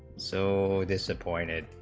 so disappointed